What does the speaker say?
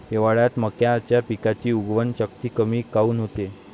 हिवाळ्यात मक्याच्या पिकाची उगवन शक्ती कमी काऊन होते?